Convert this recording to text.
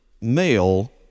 male